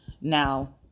Now